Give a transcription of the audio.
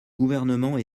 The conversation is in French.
gouvernement